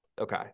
Okay